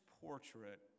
portrait